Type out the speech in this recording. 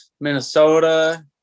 Minnesota